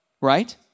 right